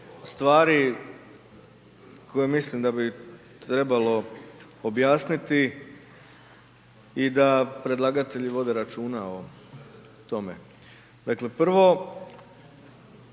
stvari koje mislim da bi trebalo objasniti i da predlagatelji vode računa o tome. Dakle, prvo